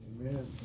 amen